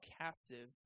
captive